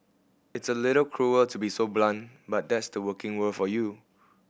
it's a little cruel to be so blunt but that's the working world for you